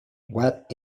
what